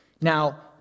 Now